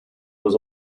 was